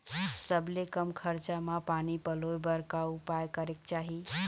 सबले कम खरचा मा पानी पलोए बर का उपाय करेक चाही?